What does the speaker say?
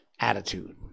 Attitude